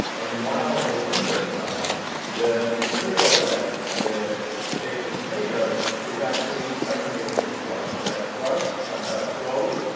and while it is in the stomach the material that shape is made of is actually impregnated with drug, and that drug comes out slowly,